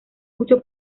mucho